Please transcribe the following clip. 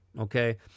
Okay